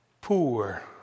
poor